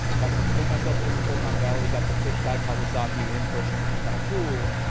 got to flew myself over silicon valley. got to pitch guy kawasaki, in person, which was kind of cool.